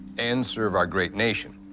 and serve our great nation.